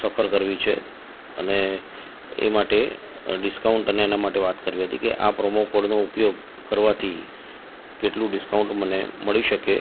સફર કરવી છે અને એ માટે ડિસ્કાઉન્ટ અને એના માટે વાત કરવી હતી કે આ પ્રોમોકોડનો ઉપયોગ કરવાથી કેટલું ડિસ્કાઉન્ટ મને મળી શકે